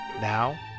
Now